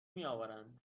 میآورند